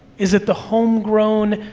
is it the homegrown,